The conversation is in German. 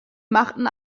machten